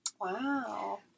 Wow